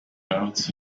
carts